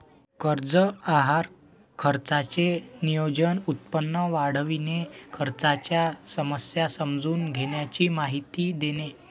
कर्ज आहार खर्चाचे नियोजन, उत्पन्न वाढविणे, खर्चाच्या समस्या समजून घेण्याची माहिती देणे